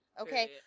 Okay